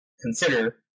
consider